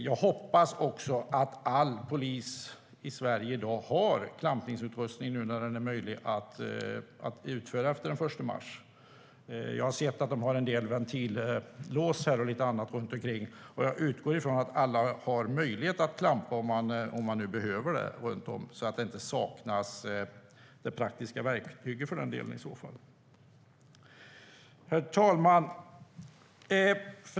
Jag hoppas att all polis i Sverige i dag har klampningsutrustning nu när det är möjligt att utföra klampning efter den 1 mars. Jag har sett att de har en del ventillås och lite annat runt omkring. Jag utgår från att alla har möjlighet att klampa om de nu behöver det runt om så att inte de praktiska verktygen saknas för den delen. Herr talman!